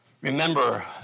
remember